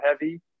heavy